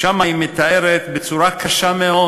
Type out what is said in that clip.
והיא מתארת בצורה קשה מאוד